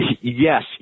yes